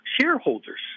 shareholders